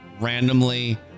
randomly